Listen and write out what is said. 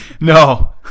No